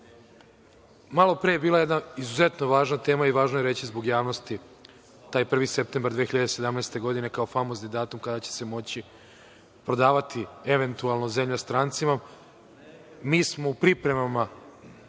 zakona. Malopre je bila jedna izuzetno važna tema i važno je reći zbog javnosti taj 1. septembar 2017. godine kao famozni datum kada će se moći prodavati, eventualno, zemlja strancima. Mi smo u pripremama